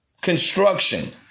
Construction